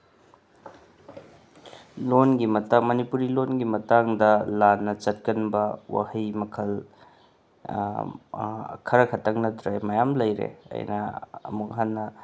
ꯂꯣꯜꯒꯤ ꯃꯇꯥꯡ ꯃꯅꯤꯄꯨꯔꯤ ꯂꯣꯜꯒꯤ ꯃꯇꯥꯡꯗ ꯂꯥꯟꯅ ꯆꯠꯀꯟꯕ ꯋꯥꯍꯩ ꯃꯈꯜ ꯈꯔ ꯈꯇꯪ ꯅꯠꯇ꯭ꯔꯦ ꯃꯌꯥꯝ ꯂꯩꯔꯦ ꯑꯩꯅ ꯑꯃꯨꯛ ꯍꯟꯅ